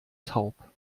taub